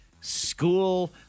school